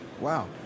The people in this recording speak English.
Wow